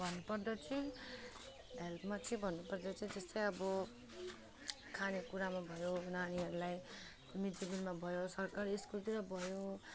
भन्नु पर्दा चाहिँ हेल्पमा चाहिँ भन्नुपर्दा चाहिँ त्यस्तै अब खाने कुरामा भयो नानीहरूलाई मिड डे मिलमा भयो सरकारी स्कुलतिर भयो